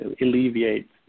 alleviate